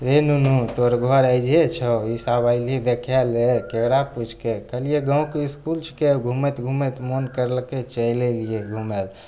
रे नुनू तोहर घर अइजहे छौ ई सब अएलही देखैले ककरा पुछिके कहलिए गामके इसकुल छिकै घुमैत घुमैत मोन करलकै चलि अएलिए घुमैले